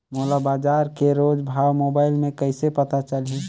मोला बजार के रोज भाव मोबाइल मे कइसे पता चलही?